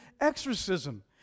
exorcism